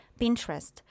Pinterest